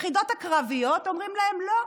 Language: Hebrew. היחידות הקרביות, אומרים להם: לא,